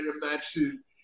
matches